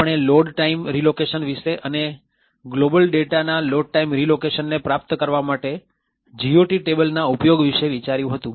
આપણે load time relocation વિશે એને ગ્લોબલ ડેટાના લોડ ટાઈમ રીલોકેશન ને પ્રાપ્ત કરવા માટે GOT ટેબલના ઉપયોગ વિશે વિચાર્યું હતું